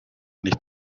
nicht